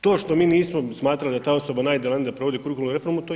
To što mi nismo smatrali da ta osoba ... da provodi ... reformu, to je.